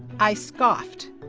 i scoffed.